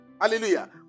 Hallelujah